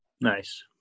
Nice